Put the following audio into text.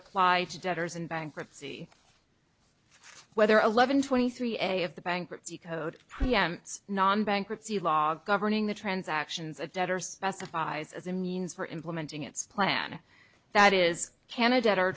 apply to debtors in bankruptcy whether eleven twenty three a if the bankruptcy code preempts non bankruptcy law governing the transactions a debtor specifies a means for implementing its plan that is candidate o